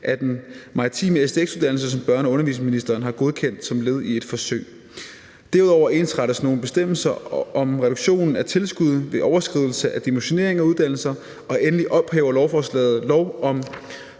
af den maritime stx-uddannelse, som børne- og undervisningsministeren har godkendt som led i et forsøg. Derudover ensrettes nogle bestemmelser om reduktion af tilskuddet ved overskridelse af dimensionering af uddannelser, og endelig ophæver lovforslaget lov om